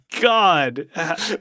God